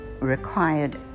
required